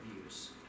views